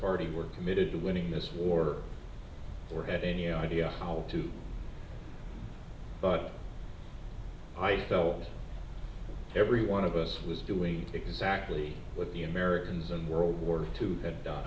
party were committed to winning this war or had any idea how to but i felt every one of us was doing exactly what the americans in world war two had done